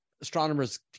astronomers